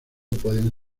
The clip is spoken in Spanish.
pueden